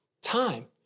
time